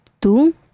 two